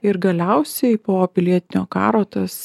ir galiausiai po pilietinio karo tas